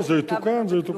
זה יתוקן.